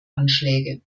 anschläge